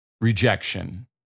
rejection